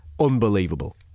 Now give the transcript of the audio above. Unbelievable